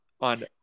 on